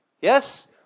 Yes